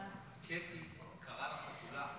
קטי קראה לך חתולה.